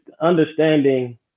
understanding